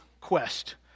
quest